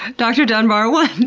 dr. dunbar, one